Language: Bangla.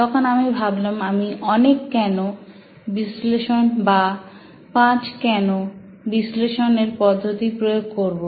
তখন আমি ভাবলাম আমি অনেক কেন বিশ্লেষণ বা 5 কেন বিশ্লেষণ এর পদ্ধতি প্রয়োগ করবো